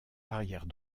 arrière